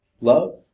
Love